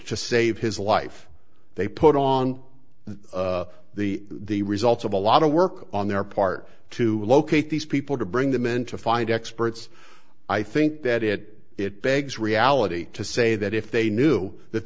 to save his life they put on the the results of a lot of work on their part to locate these people to bring them into find experts i think that it it begs reality to say that if they knew that